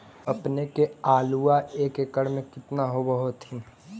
अपने के आलुआ एक एकड़ मे कितना होब होत्थिन?